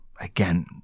again